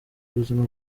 ubuzima